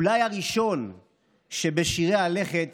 אולי הראשון שבשירי הלכת